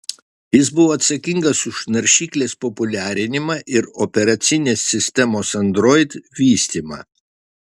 jis buvo atsakingas už naršyklės populiarinimą ir operacinės sistemos android vystymą